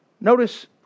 Notice